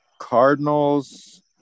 Cardinals